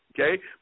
Okay